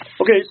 Okay